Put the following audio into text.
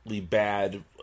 bad